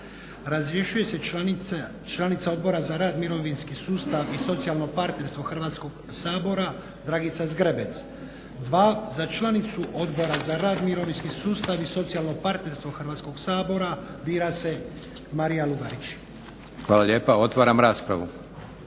Razrješuje se članica Odbora za rad, mirovinski sustav i socijalno partnerstvo Hrvatskog sabora Dragica Zgrebec. Dva, za članicu Odbora za rad, mirovinski sustav i socijalno partnerstvo Hrvatskog sabora bira se Marija Lugarić. **Leko, Josip (SDP)** Hvala lijepa. Otvaram raspravu.